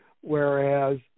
whereas